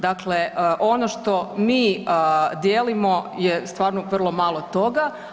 Dakle, ono što mi dijelimo je stvarno vrlo malo toga.